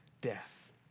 death